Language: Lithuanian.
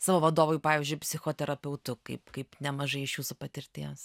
savo vadovui pavyzdžiui psichoterapeutu kaip kaip nemažai iš jūsų patirties